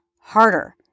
harder